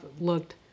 looked